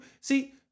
see